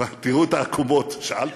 תראו את העקומות, שאלת.